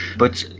but the